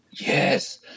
Yes